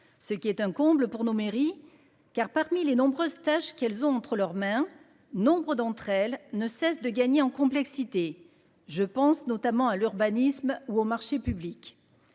Ce qui est un comble pour nos mairies. Car parmi les nombreuses tâches qu'elles ont entre leurs mains. Nombre d'entre elles ne cesse de gagner en complexité. Je pense notamment à l'urbanisme ou aux marchés publics.